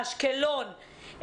אשקלון,